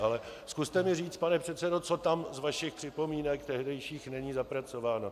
Ale zkuste mi říct, pane předsedo, co tam z vašich připomínek tehdejších není zapracováno.